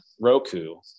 Roku